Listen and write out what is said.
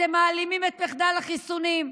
אתם מעלימים את מחדל החיסונים,